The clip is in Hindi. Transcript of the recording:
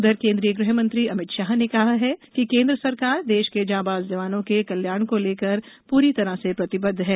उधर केन्द्रीय गृहमंत्री अमित शाह ने कहा है कि केन्द्र सरकार देश के जांबाज जवानों के कल्याण को लेकर पूरी तरह से प्रतिबद्ध है